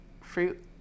fruit